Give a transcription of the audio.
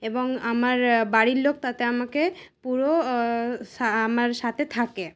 এবং আমার বাড়ির লোক তাতে আমাকে পুরো আমার সাথে থাকে